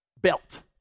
Belt